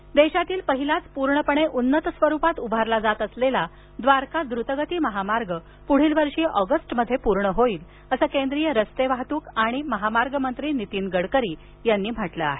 गडकरी देशातील पहिलाच पूर्णपणे उन्नत स्वरूपात उभारला जात असलेला द्वारका द्रुतगती महामार्ग पुढील वर्षी ऑगस्टमध्ये पूर्ण होईल असं केंद्रीय रस्ते वाहतूक आणि महामार्गमंत्री नितीन गडकरी यांनी म्हटलं आहे